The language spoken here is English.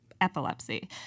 epilepsy